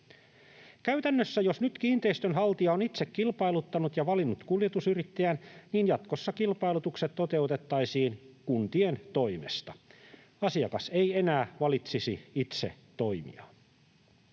Käytännössä jos nyt kiinteistön haltija on itse kilpailuttanut ja valinnut kuljetusyrittäjän, niin jatkossa kilpailutukset toteutettaisiin kuntien toimesta. Asiakas ei enää valitsisi itse toimijaa.